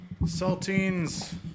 saltines